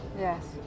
Yes